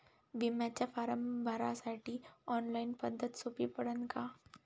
बिम्याचा फारम भरासाठी ऑनलाईन पद्धत सोपी पडन का?